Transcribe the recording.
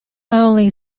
only